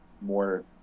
more